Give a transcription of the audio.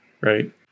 right